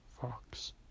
Fox